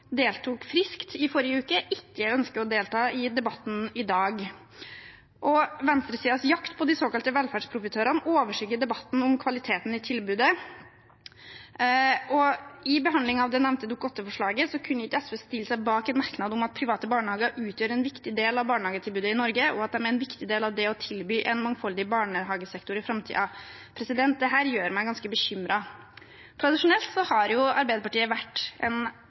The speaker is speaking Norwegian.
deltok friskt i forrige uke, ikke ønsker å delta i debatten i dag. Venstresidens jakt på de såkalte velferdsprofitørene overskygger debatten om kvaliteten i tilbudet. I behandlingen av det nevnte Dokument 8-forslaget kunne ikke SV stille seg bak en merknad om at private barnehager utgjør en viktig del av barnehagetilbudet i Norge, og at de er en viktig del av det å tilby en mangfoldig barnehagesektor i framtiden. Dette gjør meg ganske bekymret. Tradisjonelt har Arbeiderpartiet vært en